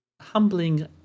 humbling